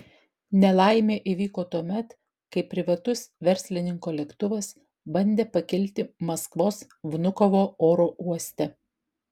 nelaimė įvyko tuomet kai privatus verslininko lėktuvas bandė pakilti maskvos vnukovo oro uoste